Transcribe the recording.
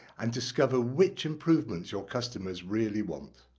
and discover which improvements your customers really want.